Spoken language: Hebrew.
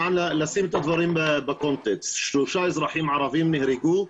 לשים את הדברים בקונטקסט: שלושה אזרחים ערבים נהרגו,